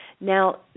Now